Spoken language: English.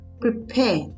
prepare